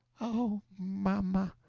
oh, mamma,